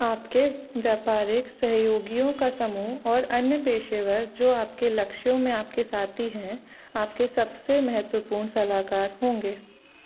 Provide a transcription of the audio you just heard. आपके व्यापारिक सहयोगियों का समूह और अन्य पेशेवर जो आपके लक्ष्यों में आपके साथी हैं आपके सबसे महत्वपूर्ण सलाहकार होंगे